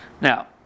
Now